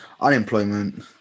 unemployment